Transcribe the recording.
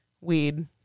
weed